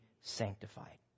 sanctified